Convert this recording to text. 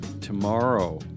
Tomorrow